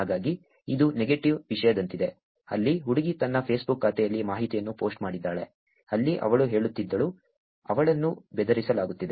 ಹಾಗಾಗಿ ಇದು ನೆಗೆಟಿವ್ ವಿಷಯದಂತಿದೆ ಅಲ್ಲಿ ಹುಡುಗಿ ತನ್ನ ಫೇಸ್ಬುಕ್ ಖಾತೆಯಲ್ಲಿ ಮಾಹಿತಿಯನ್ನು ಪೋಸ್ಟ್ ಮಾಡಿದ್ದಾಳೆ ಅಲ್ಲಿ ಅವಳು ಹೇಳುತ್ತಿದ್ದಳು ಅವಳನ್ನು ಬೆದರಿಸಲಾಗುತ್ತಿದೆ